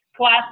class